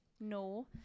no